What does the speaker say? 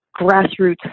grassroots